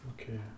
Okay